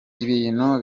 ibintu